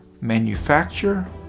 manufacture